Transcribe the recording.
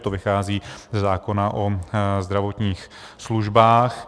To vychází ze zákona o zdravotních službách.